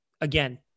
again